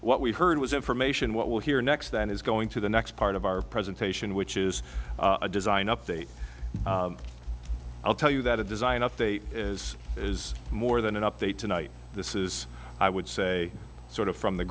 what we heard was information what we'll hear next then is going to the next part of our presentation which is a design update i'll tell you that a design update is is more than an update tonight this is i would say sort of from the